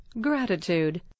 GRATITUDE